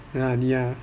ya 你啊